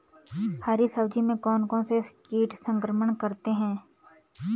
हरी सब्जी में कौन कौन से कीट संक्रमण करते हैं?